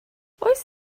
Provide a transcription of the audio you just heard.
oes